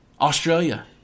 Australia